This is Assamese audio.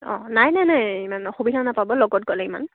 অঁ নাই নাই নাই ইমান অসুবিধা নাপাব লগত গ'লে ইমান